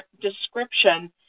description